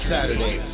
Saturday